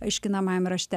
aiškinamajam rašte